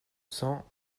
cent